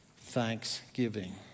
thanksgiving